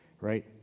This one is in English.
right